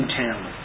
town